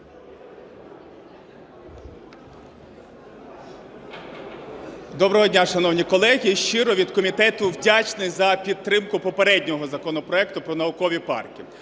Доброго дня, шановні колеги! Щиро від комітету вдячний за підтримку попереднього законопроекту про наукові парки.